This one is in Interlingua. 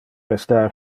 restar